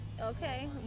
Okay